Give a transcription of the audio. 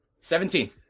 Seventeen